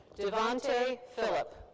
davante phillip.